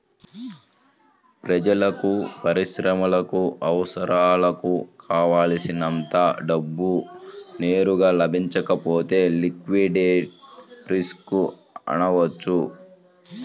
ప్రజలకు, పరిశ్రమలకు అవసరాలకు కావల్సినంత డబ్బు నేరుగా లభించకపోతే లిక్విడిటీ రిస్క్ అనవచ్చు